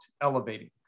elevating